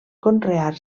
conrear